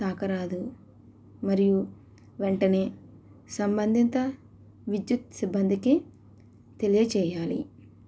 తాకరాదు మరియు వెంటనే సంబంధిత విద్యుత్ సిబ్బందికి తెలియచేయాలి